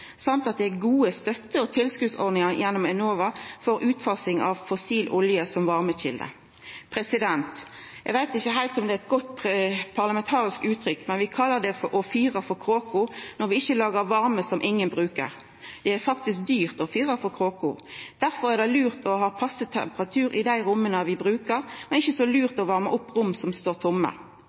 samt at det er gode støtte- og tilskotsordningar gjennom Enova for utfasing av fossil olje som varmekjelde. Eg veit ikkje heilt om det er eit godt parlamentarisk uttrykk, men vi kallar det «å fyra for kråka» når vi lagar varme som ingen brukar. Det er dyrt å fyra for kråka. Difor er det lurt å ha passe temperatur i dei romma vi brukar, men ikkje så lurt å varma opp rom som står tomme.